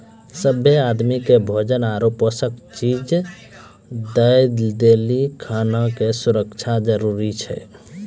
सभ्भे आदमी के भोजन आरु पोषक चीज दय लेली खाना के सुरक्षा जरूरी छै